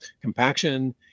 compaction